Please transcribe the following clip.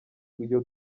iyo